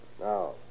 Now